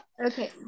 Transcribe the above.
Okay